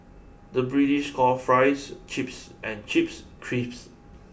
the British calls fries chips and chips crisps